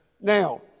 Now